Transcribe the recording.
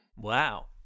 Wow